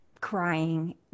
crying